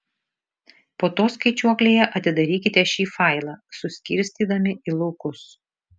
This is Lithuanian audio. po to skaičiuoklėje atidarykite šį failą suskirstydami į laukus